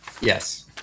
yes